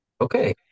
Okay